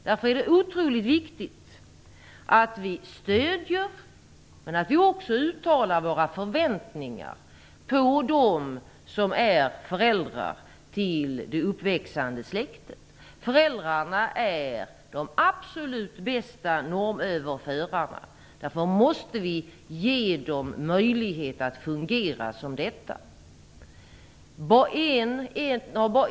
Därför är det otroligt viktigt att vi stöder dem och även uttalar våra förväntningar på dem som är föräldrar till det uppväxande släktet. Föräldrarna är de absolut bästa normöverförarna. Därför måste vi ge dem möjlighet att fungera som detta.